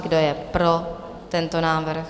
Kdo je pro tento návrh?